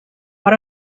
but